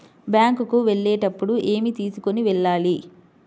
Bank కు వెళ్ళేటప్పుడు ఏమి తీసుకొని వెళ్ళాలి?